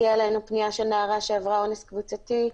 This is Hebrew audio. הגיעה אלינו פנייה של נערה שעברה אונס קבוצתי,